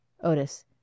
Otis